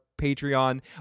Patreon